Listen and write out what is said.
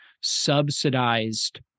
subsidized